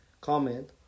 comment